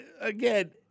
again